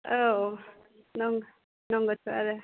औ नंगौ नंगौथ' आरो